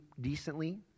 decently